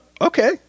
okay